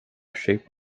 shape